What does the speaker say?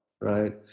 right